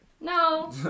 No